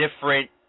different